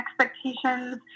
expectations